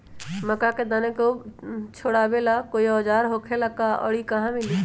मक्का के दाना छोराबेला कोई औजार होखेला का और इ कहा मिली?